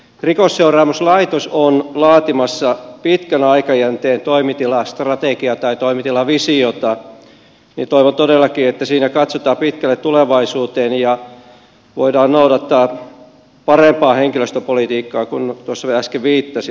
rikosseuraamuslaitos on laatimassa pitkän aikajänteen toimitilastrategiaa tai toimitilavisiota ja toivon todellakin että siinä katsotaan pitkälle tulevaisuuteen ja voidaan noudattaa parempaa henkilöstöpolitiikkaa kuin mihin tuossa äsken viittasin